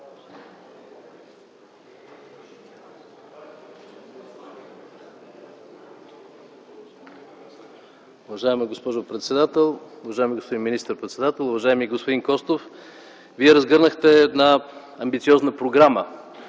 Вие разгърнахте една амбициозна програма